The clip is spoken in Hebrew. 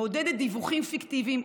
מעודדת דיווחים פיקטיביים,